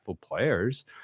players